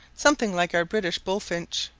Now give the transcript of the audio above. something like our british bullfinch,